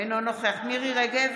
אינו נוכח מירי מרים רגב,